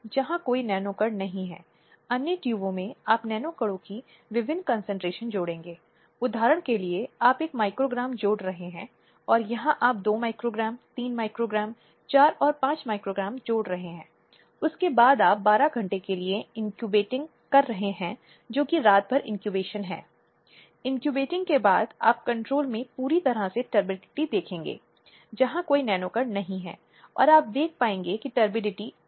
यह बुनियादी मानवाधिकारों के खिलाफ एक अपराध है और पीड़ितों के मौलिक अधिकारों का उल्लंघन करता है जो कि अनुच्छेद इक्कीस में निहित जीवन का अधिकार है